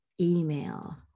email